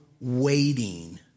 waiting